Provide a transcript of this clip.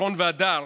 אורון והדר,